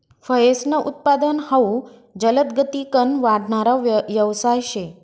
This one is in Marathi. फयेसनं उत्पादन हाउ जलदगतीकन वाढणारा यवसाय शे